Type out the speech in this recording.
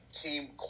team